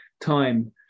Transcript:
time